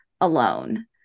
alone